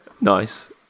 Nice